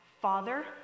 father